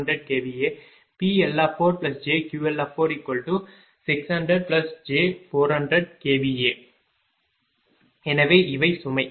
PL4jQL4600j400kVA எனவே இவை சுமை